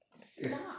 Stop